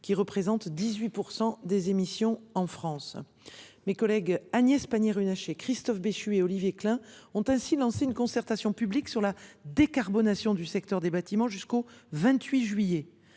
qui représente 18 % des émissions en France. Mes collègues Agnès Pannier Runacher, Christophe Béchu et Olivier Klein ont lancé une concertation publique portant sur la décarbonation du secteur du bâtiment. Ces échanges, qui se